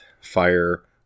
fire